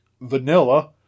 vanilla